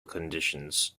conditions